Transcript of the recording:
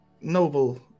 noble